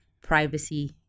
privacy